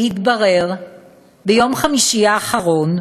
והתברר ביום חמישי האחרון,